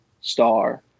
star